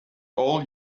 all